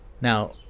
Now